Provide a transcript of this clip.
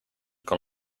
con